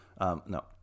No